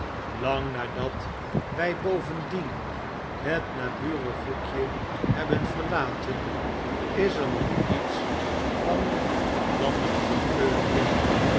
lang nadat wij bovendien het naburig hoekje hebben verlaten is er nog iets van een landelijke geur in